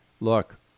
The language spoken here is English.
Look